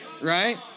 right